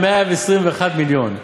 על 121 מיליון.